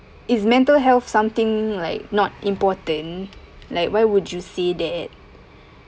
is mental health something like not important like why would you say that